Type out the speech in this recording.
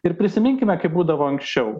ir prisiminkime kaip būdavo anksčiau